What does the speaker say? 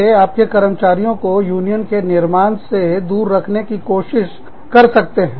वे आपके कर्मचारियों को यूनियन के निर्माण से दूर रखने की कोशिश कर सकते हैं